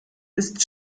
ist